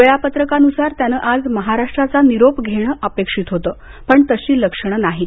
वेळापत्रकानुसार त्यानं आज महाराष्ट्राचा निरोप घेणं अपेक्षित होतं पण तशी लक्षणं नाहीत